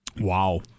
Wow